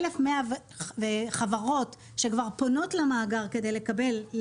1,100 חברות שכבר פונות למאגר כדי לקבל,